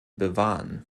bewahren